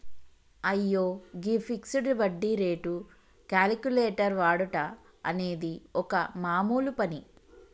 అయ్యో గీ ఫిక్సడ్ వడ్డీ రేటు క్యాలిక్యులేటర్ వాడుట అనేది ఒక మామూలు పని